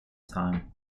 time